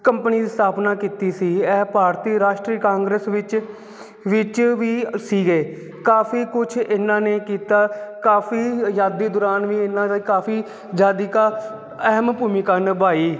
company ਦੀ ਸਥਾਪਨਾ ਕੀਤੀ ਸੀ ਇਹ ਭਾਰਤੀ ਰਾਸ਼ਟਰੀ ਕਾਂਗਰਸ ਵਿੱਚ ਵਿੱਚ ਵੀ ਸੀਗੇ ਕਾਫੀ ਕੁਛ ਇਹਨਾਂ ਨੇ ਕੀਤਾ ਕਾਫੀ ਅਜ਼ਾਦੀ ਦੌਰਾਨ ਵੀ ਇਹਨਾਂ ਨੇ ਕਾਫੀ ਜ਼ਿਆਦੀ ਕਾ ਅਹਿਮ ਭੂਮਿਕਾ ਨਿਭਾਈ